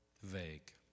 vague